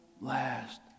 last